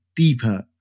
deeper